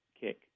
kick